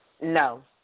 No